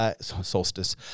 Solstice